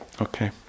okay